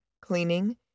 cleaning